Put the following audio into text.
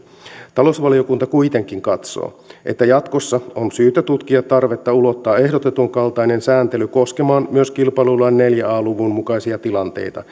talousvaliokunta kuitenkin katsoo että jatkossa on syytä tutkia tarvetta ulottaa ehdotetun kaltainen sääntely koskemaan myös kilpailulain neljä a luvun mukaisia tilanteita